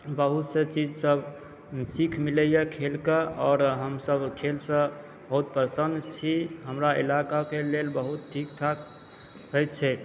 बहुत से चीज सब सीख मिलैए खेलके आओर हमसब खेलसंँ बहुत प्रसन्न छी हमरा इलाकाके लेल बहुत ठीक ठाक होएत छैक